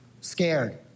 Scared